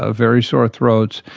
ah very sore throats,